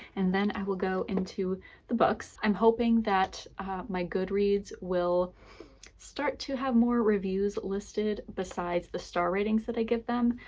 and then i will go into the books. i'm hoping that my goodreads will start to have more reviews listed besides the star ratings that i give them.